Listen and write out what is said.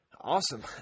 Awesome